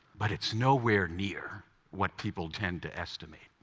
but it's nowhere near what people tend to estimate.